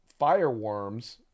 Fireworms